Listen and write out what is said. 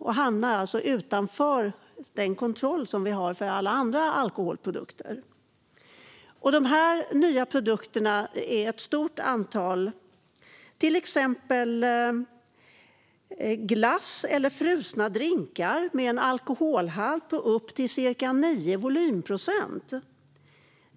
De hamnar alltså utanför den kontroll vi har för alla andra alkoholprodukter. Det finns ett stort antal nya produkter, till exempel glass eller frusna drinkar med en alkoholhalt på upp till ca 9 volymprocent.